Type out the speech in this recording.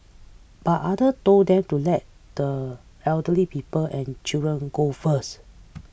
but other told them to let the elderly people and children go first